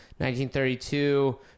1932